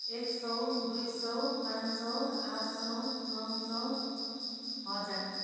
एक सौ दुई सौ पाँच सौ आठ सौ नौ सौ हजार